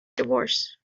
divorce